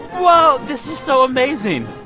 whoa. this is so amazing.